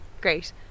Great